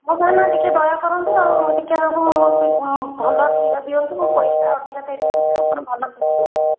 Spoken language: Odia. ହଉ ଭାଇନା ଟିକିଏ ଦୟା କରନ୍ତୁ ଆଉ ଟିକେନାକୁ ବାବୁ ଭଲ କ୍ଷୀର ଦିଅନ୍ତୁ ପଇସା ଅଧିକା ଦେବି ପଛେ ଆପଣ ଭଲ କ୍ଷୀର ଦିଅନ୍ତୁ